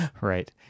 Right